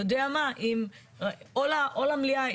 או למליאה,